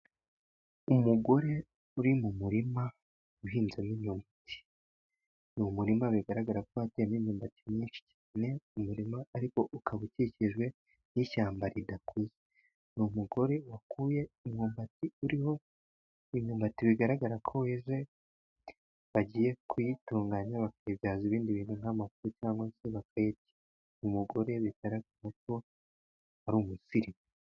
Umugore uri mu murima uhinzemo imyumbati ni umurima bigaragara ko uteyemo imyumbati myinshi cyane, mu muririma ariko ukaba ukikijwe n'ishyamba ridakuze. Ni umugore wakuye imyumbati uriho imyumbati bigaragara ko yeze bagiye kuyitunganya bakayibyaza ibindi bintu nk'amafu cyangwa se bakayarya umugore bigaragaza ko ari umusirimu.